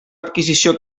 adquisició